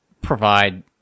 Provide